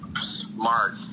Smart